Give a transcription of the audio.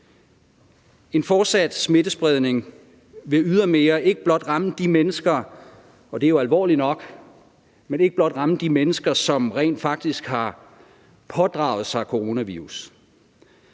En fortsat smittespredning vil ydermere ikke blot ramme de mennesker – og det er jo alvorligt nok – som rent faktisk har pådraget sig coronavirus;